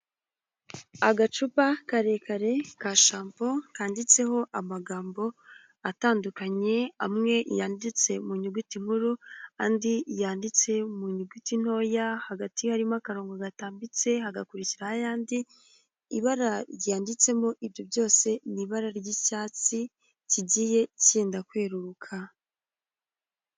Agacupa karekare ka shampo kanditseho amagambo atandukanye amwe yanditse mu nyuguti nkuru andi yanditse mu nyuguti ntoya, hagati harimo akarongo gatambitse hagakurikiraho ayandi. Ibara ryanditsemo muri ibyo byose ni ibara ry'icyatsi kigiye cyenda kwereruka.